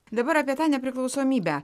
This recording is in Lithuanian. dabar apie tą nepriklausomybę